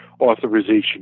authorization